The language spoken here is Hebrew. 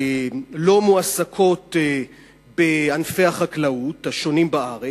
לא מועסקות בענפי החקלאות השונים בארץ?